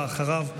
ואחריו,